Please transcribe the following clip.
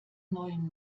neuen